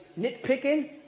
nitpicking